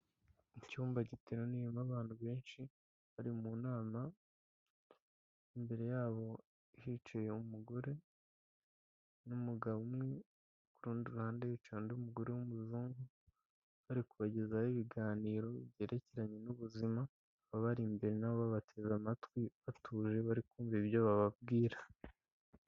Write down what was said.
Icyumba giteraniyemo abantu benshi bari mu nama, imbere yabo hicaye umugore n'umugabo umwe, ku rundi ruhande hicaye umugore w'umuzungu, bari kubagezaho ibiganiro byerekeranye n'ubuzima ababari imbere na bo babateze amatwi batuje bari kumva ibyo bababwira.